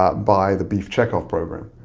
ah by the beef checkoff program.